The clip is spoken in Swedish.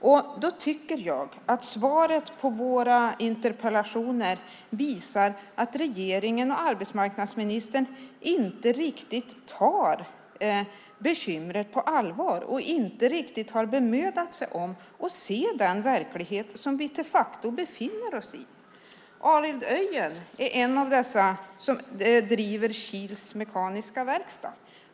Jag tycker att svaret på våra interpellationer visar att regeringen och arbetsmarknadsministern inte riktigt tar bekymret på allvar och inte riktigt har bemödat sig om att se den verklighet som vi de facto befinner oss i. Arild Öien är en av dem som driver Kils mekaniska verkstad.